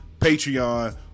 Patreon